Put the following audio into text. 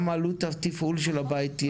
וגם עלות התפעול של הבית.